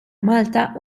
malta